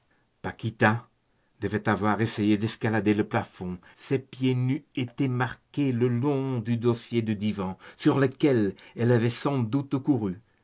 long-temps paquita devait avoir essayé d'escalader le plafond ses pieds nus étaient marqués le long du dossier du divan sur lequel elle avait sans doute couru